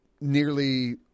nearly